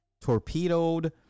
torpedoed